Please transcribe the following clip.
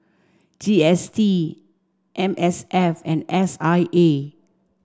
G S T M S F and S I A